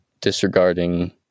disregarding